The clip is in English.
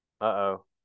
Uh-oh